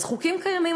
אז חוקים קיימים,